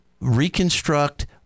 reconstruct